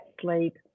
sleep